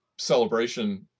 celebration